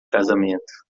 casamento